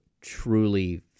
truly